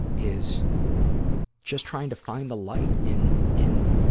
is just trying to find the light in, in,